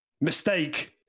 Mistake